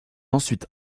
ensuite